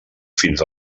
fins